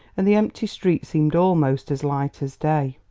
and the empty street seemed almost as light as day.